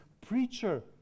preacher